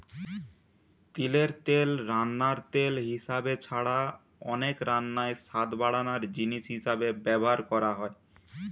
তিলের তেল রান্নার তেল হিসাবে ছাড়া অনেক রান্নায় স্বাদ বাড়ানার জিনিস হিসাবে ব্যভার হয়